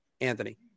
Anthony